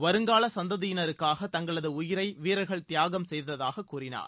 வருங்கால சந்ததியினருக்காக தங்களது உயிரை வீரர்கள் தியாகம் செய்ததாக கூறினார்